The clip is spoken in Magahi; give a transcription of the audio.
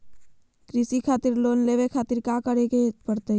कृषि खातिर लोन लेवे खातिर काका करे की परतई?